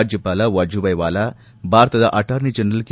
ರಾಜ್ಯಪಾಲ ವಜೂಭಾಯಿ ವಾಲಾ ಭಾರತದ attorney general K